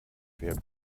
wer